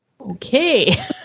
Okay